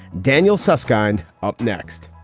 daniel suskind up next